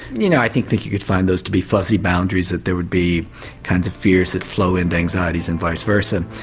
you know i think think you could find those to be fuzzy boundaries, that there would be kinds of fears that flow with and anxieties and vice versa.